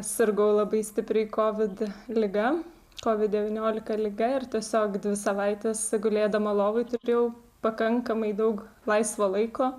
sirgau labai stipriai covid liga covid devyniolika liga ir tiesiog dvi savaites gulėdama lovoj turėjau pakankamai daug laisvo laiko